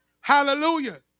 Hallelujah